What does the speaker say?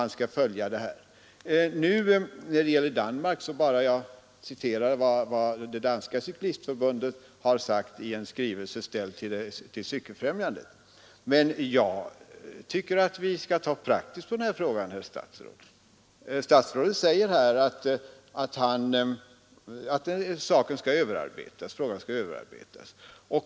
När det gäller Danmark citerade jag bara vad det danska cyklistförbundet har sagt i skrivelse, ställd till Cykeloch mopedfrämjandet. Men jag tycker att vi skall ta praktiskt på den här frågan, herr statsrådet. Statsrådet säger att frågan skall överarbetas.